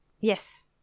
Yes